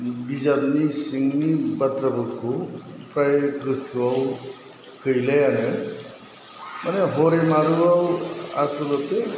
बिजाबनि सिंनि बाथ्राफोरखौ फ्राय गोसोआव गैलायानो माने हरै मारुआव आसल'थे